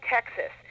Texas